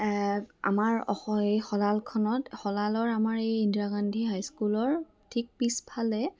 এ আমাৰ এই শলালখনত শলালৰ আমাৰ এই ইন্দিৰা গান্ধী হাইস্কুলৰ ঠিক পিছফালে